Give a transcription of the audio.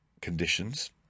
conditions